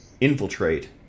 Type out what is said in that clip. infiltrate